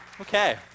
Okay